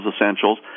essentials